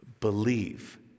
believe